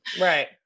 right